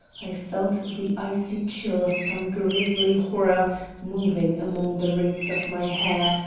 i felt the icy chill of some grisly horror moving among the roots of my hair,